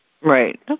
Right